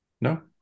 No